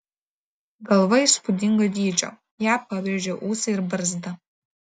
galva įspūdingo dydžio ją pabrėžia ūsai ir barzda